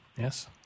Yes